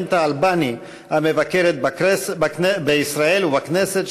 הפרלמנט האלבני המבקרת בישראל ובכנסת,